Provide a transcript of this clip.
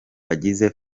bagize